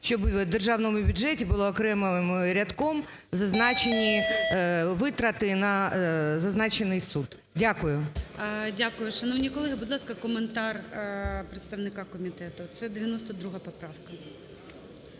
щоб в державному бюджеті були окремим рядком зазначені витрати на зазначений суд. Дякую. ГОЛОВУЮЧИЙ. Дякую, шановні колеги. Будь ласка, коментар представника комітету. Це 92 поправка.